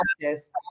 practice